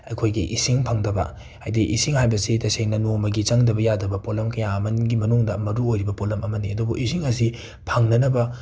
ꯑꯩꯈꯣꯏꯒꯤ ꯏꯁꯤꯡ ꯐꯪꯗꯕ ꯍꯥꯏꯗꯤ ꯏꯁꯤꯡ ꯍꯥꯏꯕꯁꯤ ꯇꯁꯦꯡꯅ ꯅꯣꯡꯃꯒꯤ ꯆꯪꯗꯕ ꯌꯥꯗꯕ ꯄꯣꯠꯂꯝ ꯀꯌꯥ ꯑꯃꯒꯤ ꯃꯅꯨꯡꯗ ꯃꯔꯨꯑꯣꯏꯔꯤꯕ ꯄꯣꯠꯂꯝ ꯑꯃꯅꯤ ꯑꯗꯨꯕꯨ ꯏꯁꯤꯡ ꯑꯁꯤ ꯐꯪꯅꯅꯕ